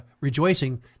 rejoicing